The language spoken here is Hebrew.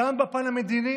גם בפן המדיני